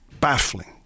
baffling